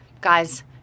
guys